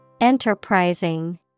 Enterprising